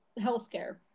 healthcare